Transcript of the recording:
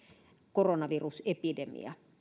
koronavirusepidemia